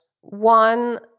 one